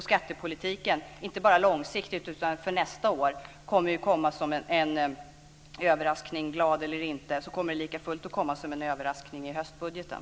Skattepolitiken - inte bara långsiktigt, utan för nästa år - kommer som en överraskning, glad eller inte, i höstbudgeten.